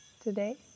today